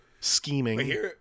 scheming